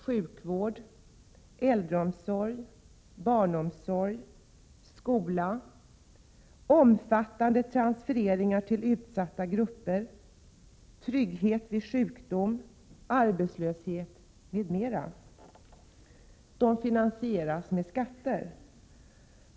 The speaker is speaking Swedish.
Sjukvård, äldreomsorg, barnomsorg, skola, omfattande transfereringar till utsatta grupper samt trygghet vid sjukdom och vid arbetslöshet m.m. finansieras med skatter.